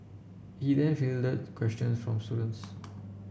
he then fielded questions from students